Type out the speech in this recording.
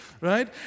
right